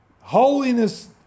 holiness